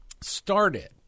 started